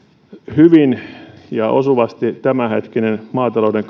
hyvin ja osuvasti tämänhetkinen maatalouden